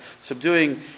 Subduing